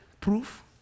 proof